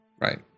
right